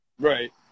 Right